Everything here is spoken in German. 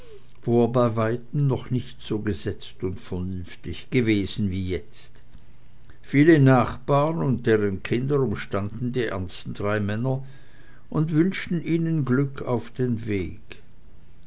bei weitem noch nicht so gesetzt und vernünftig gewesen wie jetzt viele nachbaren und deren kinder umstanden die ernsten drei männer und wünschten ihnen glück auf den weg